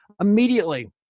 Immediately